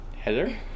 Heather